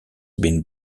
been